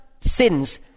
sins